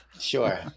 Sure